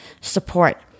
support